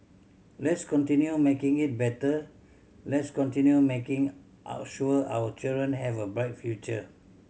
let's continue making it better let's continue making our sure our children have a bright future